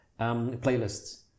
playlists